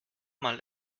mal